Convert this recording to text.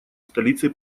столицей